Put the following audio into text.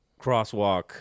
crosswalk